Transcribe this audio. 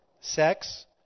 sex